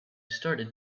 started